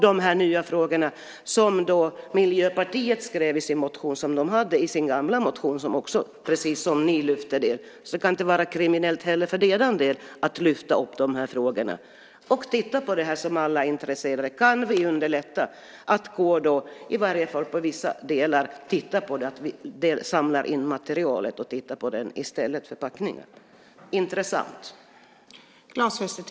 De nya frågor som Miljöpartiet skrev i sin motion och som de hade i sin gamla motion är precis de som också ni lyfte fram. Det kan inte vara kriminellt heller för dem att lyfta fram de här frågorna. Låt oss titta på det som alla är intresserade av: Kan vi underlätta i varje fall i vissa delar att samla in materialet att titta på det i stället för förpackningarna? Det vore intressant.